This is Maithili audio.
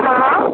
हॅं